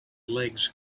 legs